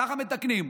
ככה מתקנים.